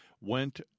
went